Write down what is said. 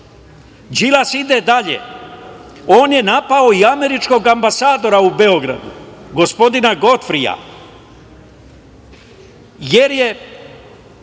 ide dalje. On je napao i američkog ambasadora u Beogradu, gospodin Godfrija, jer je